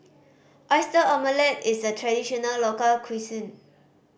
Oyster Omelette is a traditional local cuisine